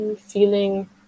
feeling